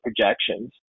projections